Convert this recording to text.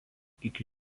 iki